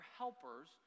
helpers